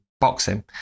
boxing